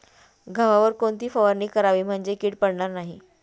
गव्हावर कोणती फवारणी करावी म्हणजे कीड पडणार नाही?